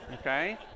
okay